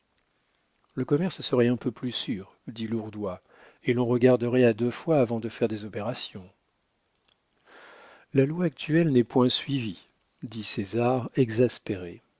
le commerce serait un peu plus sûr dit lourdois et l'on regarderait à deux fois avant de faire des opérations la loi actuelle n'est point suivie dit césar exaspéré